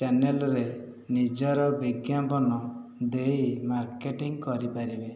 ଚ୍ୟାନେଲ୍ରେ ନିଜର ବିଜ୍ଞାପନ ଦେଇ ମାର୍କେଟିଂ କରିପାରିବେ